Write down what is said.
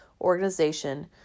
organization